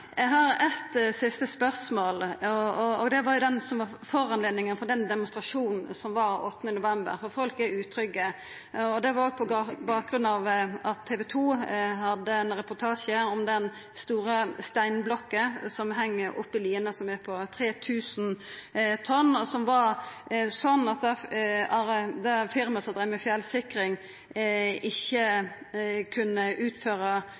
som var årsaka til den demonstrasjonen som var 8. november, for folk er utrygge. Bakgrunnen var at TV 2 hadde ein reportasje om den store steinblokka som heng oppi liene, som veg 3 000 tonn, og som var sånn at det firmaet som dreiv med fjellsikring, ikkje kunne utføra